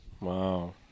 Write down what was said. Wow